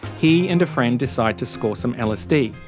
he and a friend decide to score some lsd.